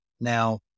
Now